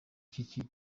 nk’iki